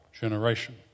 generation